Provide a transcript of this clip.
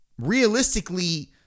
realistically